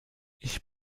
ich